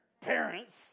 Parents